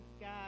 God